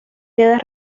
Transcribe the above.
queda